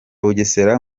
bugesera